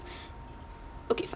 okay fine